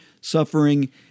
suffering